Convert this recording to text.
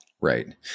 Right